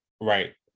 right